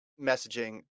messaging